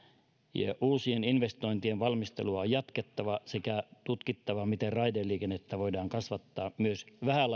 ja uusien investointien valmistelua on jatkettava sekä tutkittava miten raideliikennettä voidaan kasvattaa myös